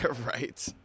Right